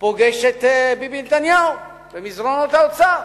פוגש את ביבי נתניהו במסדרונות האוצר,